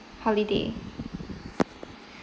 holiday